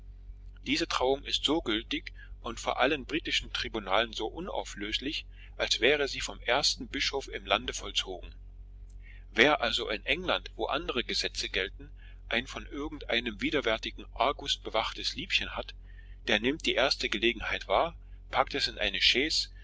diese trauung ist so gültig und vor allen britischen tribunalen so unauflöslich al wäre sie von dem ersten bischof im lande vollzogen wer also in england wo andere gesetze gelten ein von irgend einem widerwärtigen argus bewachtes liebchen hat der nimmt die erste gelegenheit wahr packt es in eine